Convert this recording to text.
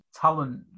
talent